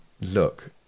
look